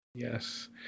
Yes